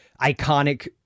iconic